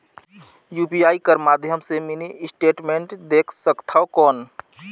UPI कर माध्यम से मिनी स्टेटमेंट देख सकथव कौन?